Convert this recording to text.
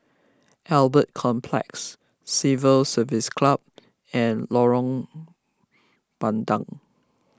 Albert Complex Civil Service Club and Lorong Bandang